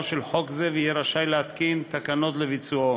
של חוק זה ויהיה רשאי להתקין תקנות לביצועו.